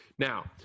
Now